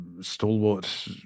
stalwart